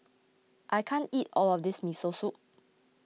I can't eat all of this Miso Soup